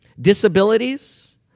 disabilities